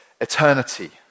eternity